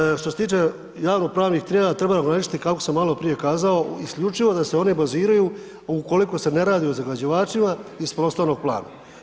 Nadalje, što se tiče javnopravnih tijela treba ograničiti kako sam malo prije kazao isključivo da se oni baziraju ukoliko se ne radi o zagađivačima iz prostornog plana.